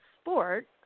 sport